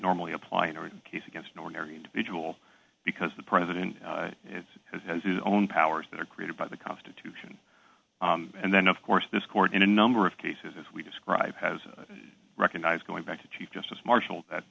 normally apply in every case against an ordinary individual because the president has his own powers that are created by the constitution and then of course this court in a number of cases as we describe has recognized going back to chief justice marshall that